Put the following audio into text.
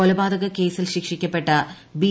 കൊലപാതക കേസിൽ ശിക്ഷിക്കപ്പെട്ട ബി